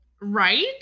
Right